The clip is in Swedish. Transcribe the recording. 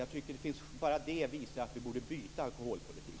Jag tycker att bara det visar att vi borde byta alkoholpolitik.